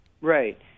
Right